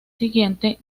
siguiente